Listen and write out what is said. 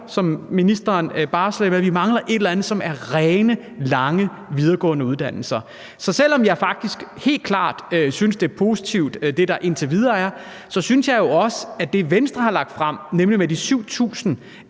som ministeren barsler med. Vi mangler et eller andet, som er rene lange videregående uddannelser. Så selv om jeg faktisk helt klart synes, at det, der indtil videre er, er positivt, synes jeg jo også, at det, Venstre har lagt frem, nemlig det med de 7.000